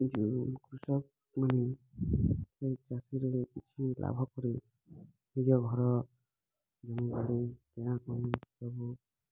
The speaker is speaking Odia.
ଯେଉଁ କୃଷକମାନେ ଚାଷୀର କିଛି ଲାଭ ପରେ ନିଜ ଘରମାନେ ଗାଁକୁ ସବୁ